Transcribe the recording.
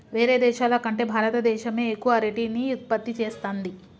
వేరే దేశాల కంటే భారత దేశమే ఎక్కువ అరటిని ఉత్పత్తి చేస్తంది